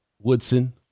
Woodson